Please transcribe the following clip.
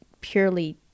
purely